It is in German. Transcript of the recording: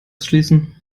schließen